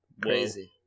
Crazy